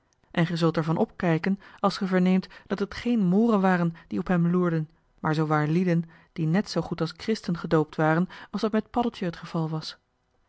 en ge zult er van opkijken als ge verneemt dat het geen mooren waren die op hem loerden maar zoowaar lieden die net zoo goed als christen gedoopt waren als dat met paddeltje het geval was